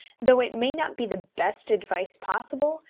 though it may not be the best advice possible,